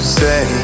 say